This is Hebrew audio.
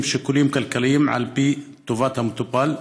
שיקולים כלכליים על פני טובת המטופל?